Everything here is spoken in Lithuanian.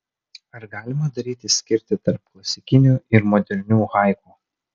ar galima daryti skirtį tarp klasikinių ir modernių haiku